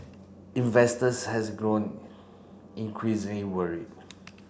investors has grown increasingly worried